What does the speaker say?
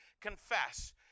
confess